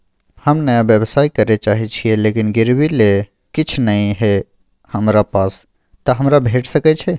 हम नया व्यवसाय करै चाहे छिये लेकिन गिरवी ले किछ नय ये हमरा पास त हमरा भेट सकै छै?